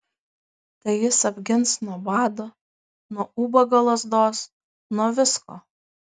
tai jis apgins nuo bado nuo ubago lazdos nuo visko